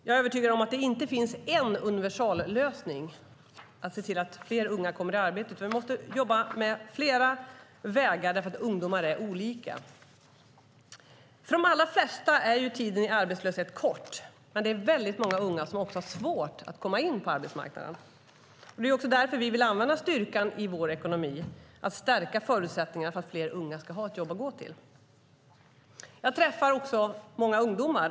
Jag är övertygad om att det inte finns en universallösning för att se till att fler unga kommer i arbete. Vi måste jobba med flera vägar därför att ungdomar är olika. För de allra flesta är tiden i arbetslöshet kort, men det är väldigt många unga som ofta har svårt att komma in på arbetsmarknaden. Det är därför vi vill använda styrkan i vår ekonomi och stärka förutsättningarna för att fler unga ska ha ett jobb att gå till. Jag träffar många ungdomar.